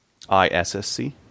ISSC